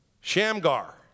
Shamgar